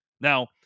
Now